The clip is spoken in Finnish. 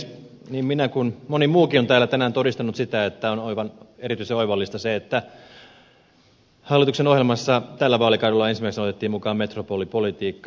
niin minä kuin moni muukin on täällä tänään todistanut sitä että on erityisen oivallista se että hallituksen ohjelmassa tällä vaalikaudella ensimmäisenä otettiin mukaan metropolipolitiikka